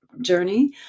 journey